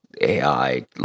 AI